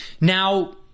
Now